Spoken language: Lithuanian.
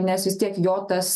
nes vis tiek jo tas